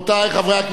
מי נגד,